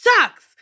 sucks